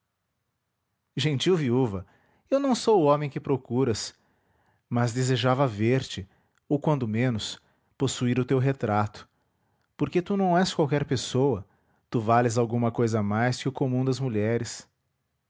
carta gentil viúva eu não sou o homem que procuras mas desejava ver-te ou quando menos possuir o teu retrato porque tu não és qualquer pessoa tu vales alguma cousa mais que o comum das mulheres